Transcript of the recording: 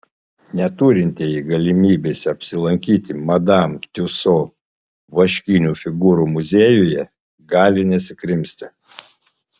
neturintieji galimybės apsilankyti madam tiuso vaškinių figūrų muziejuje gali nesikrimsti